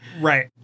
Right